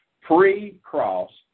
pre-cross